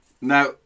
Now